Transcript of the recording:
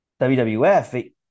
WWF